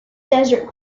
desert